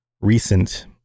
recent